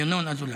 ינון אזולאי.